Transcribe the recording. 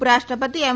ઉપરાષ્ટ્રપતિ એમ